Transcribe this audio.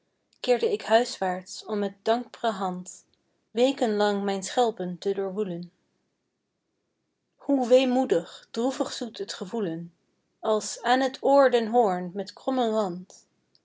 keerde ik huiswaarts om met dankbre hand wekenlang mijn schelpen te doorwoelen hoe weemoedig droevig zoet t gevoelen als aan t oor den hoorn met krommen rand